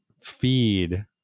feed